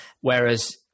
Whereas